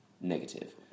negative